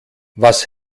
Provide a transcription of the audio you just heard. was